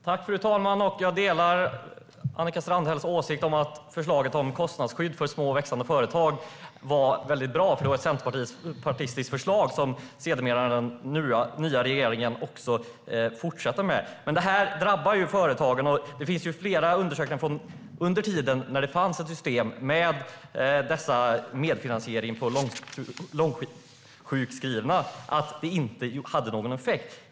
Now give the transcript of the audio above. Fru talman! Jag delar Annika Strandhälls åsikt att förslaget om kostnadsskydd för små och växande företag var bra, för det var ett centerpartistiskt förslag som den nya regeringen sedermera fortsatte med. Detta drabbar dock företagen. Det finns fler undersökningar från den tid då det fanns ett system med medfinansiering för långtidssjukskrivna som visar att det inte hade någon effekt.